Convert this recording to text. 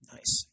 Nice